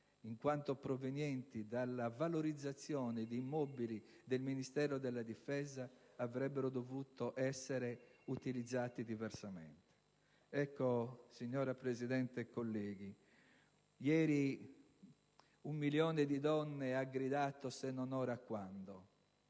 in quanto provenienti dalla valorizzazione di immobili del Ministero della difesa, avrebbero dovuto essere utilizzati diversamente. Signor Presidente, colleghi, ieri un milione di donne ha gridato: «Se non ora quando?».